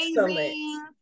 amazing